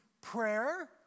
prayer